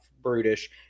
brutish